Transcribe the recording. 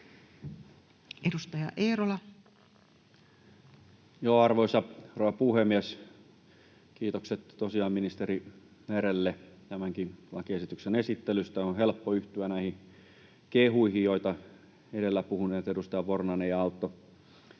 Edustaja Eerola. Arvoisa rouva puhemies! Kiitokset tosiaan ministeri Merelle tämänkin lakiesityksen esittelystä. On helppo yhtyä näihin kehuihin, joita edellä puhuneet edustajat Vornanen ja Autto